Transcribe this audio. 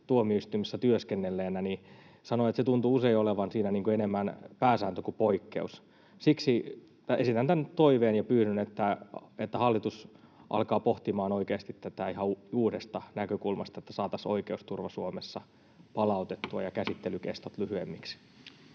tuomioistuimessa työskennelleenä sanon, että se tuntuu usein olevan siinä enemmän pääsääntö kuin poikkeus. Siksi esitän tämän toiveen ja pyydän, että hallitus alkaa pohtimaan oikeasti tätä ihan uudesta näkökulmasta, että saataisiin oikeusturva Suomessa palautettua ja käsittelyjen kestot lyhyemmiksi.